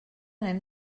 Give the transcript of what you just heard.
anem